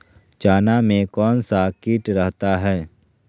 चना में कौन सा किट रहता है?